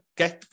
okay